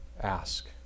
Ask